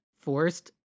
forced